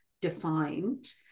defined